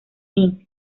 inc